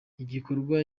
igikorwa